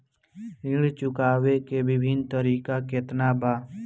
ऋण चुकावे के विभिन्न तरीका केतना बा?